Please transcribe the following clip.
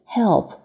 help